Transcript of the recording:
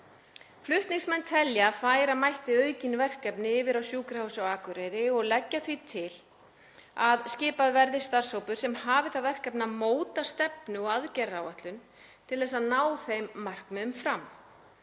Flutningsmenn telja að færa mætti aukin verkefni yfir á Sjúkrahúsið á Akureyri og leggja því til að skipaður verði starfshópur sem hafi það verkefni að móta stefnu og aðgerðaáætlun til þess að ná þeim markmiðum fram.